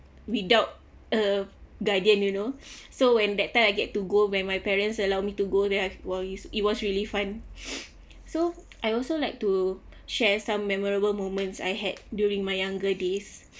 without a guardian you know so when that time I get to go when my parents allow me to go then I have !wow! it was really fun so I also like to share some memorable moments I had during my younger days